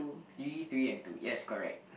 three three and two yes correct